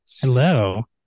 Hello